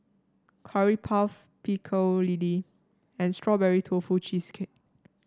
Curry Puff Pecel Lele and Strawberry Tofu Cheesecake